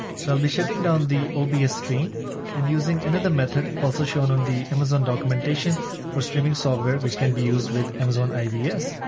so i'll be shutting down the ah obs stream and using another method, also shown on the amazon documentation for streaming software, which can be used with amazon ivs.